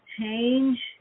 change